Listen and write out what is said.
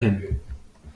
hin